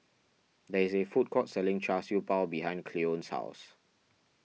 there is a food court selling Char Siew Bao behind Cleone's house